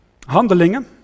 Handelingen